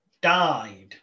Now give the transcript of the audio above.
died